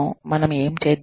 మనము ఏమి చేద్దాము